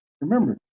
Remember